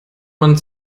man